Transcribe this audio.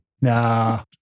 Nah